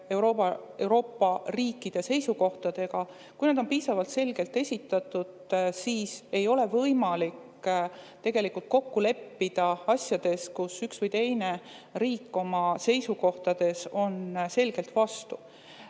Euroopa riikide seisukohtadega. Kui nad on piisavalt selgelt esitatud, siis ei ole võimalik tegelikult kokku leppida asjades, kui üks või teine riik oma seisukohaga on selgelt vastu.